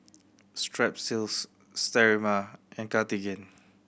Strepsils Sterimar and Cartigain